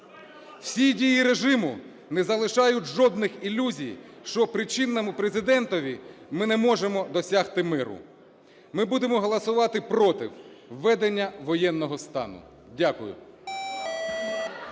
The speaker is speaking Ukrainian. Всі дії режиму не залишають жодних ілюзій, що при чинному Президентові ми не можемо досягти миру. Ми будемо голосувати проти введення воєнного стану. Дякую.